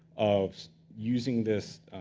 of using this